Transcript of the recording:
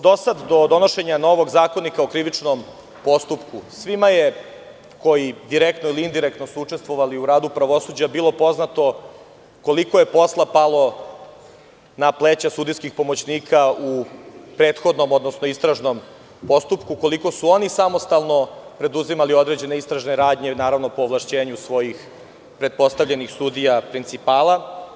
Do donošenja novog zakonika o krivičnom postupku svima koji su direktno ili indirektno učestvovali u radu pravosuđa je bilo poznato koliko je posla palo na pleća sudijskih pomoćnika u prethodnom, odnosno istražnom postupku i koliko su oni samostalno preduzimali određene istražne radnje po ovlašćenju svoji ovlašćenih sudija principala.